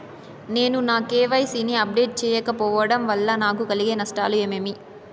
నేను నా కె.వై.సి ని అప్డేట్ సేయకపోవడం వల్ల నాకు కలిగే నష్టాలు ఏమేమీ?